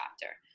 chapter